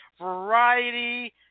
Variety